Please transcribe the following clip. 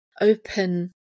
open